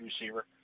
receiver